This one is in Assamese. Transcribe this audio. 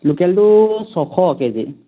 লোকেলটো ছশ কেজি